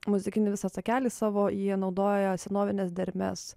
muzikinį visą takelį savo jie naudojo senovines dermes